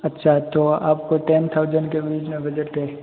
अच्छा तो आपको टेन थाउजेंड के बीच में बजट है